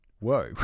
Whoa